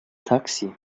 taxi